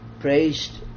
praised